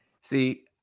See